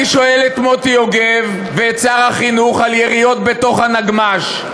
אני שואל את מוטי יוגב ואת שר החינוך על יריות בתוך הנגמ"ש.